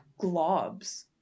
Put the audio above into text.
globs